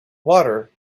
water